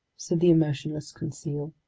said the emotionless conseil.